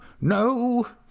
no